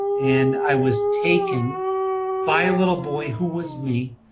and i was taken by a little boy who was me,